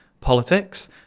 politics